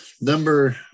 Number